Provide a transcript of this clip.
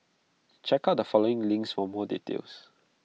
check out the following links for more details